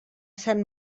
sant